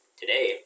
today